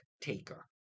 taker